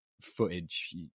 footage